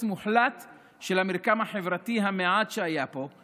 מוחלט של המרקם החברתי המועט שהיה פה,